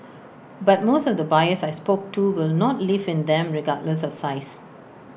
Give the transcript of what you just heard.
but most of the buyers I spoke to will not live in them regardless of size